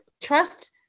trust